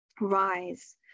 rise